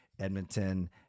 Edmonton